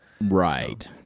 Right